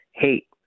hate